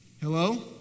Hello